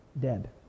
dead